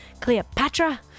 Cleopatra